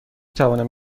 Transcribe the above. توانم